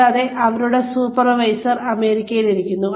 കൂടാതെ അവരുടെ സൂപ്പർവൈസർ അമേരിക്കയിൽ ഇരിക്കുന്നു